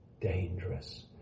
dangerous